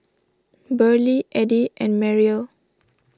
Burley Eddie and Mariel